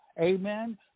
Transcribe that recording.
Amen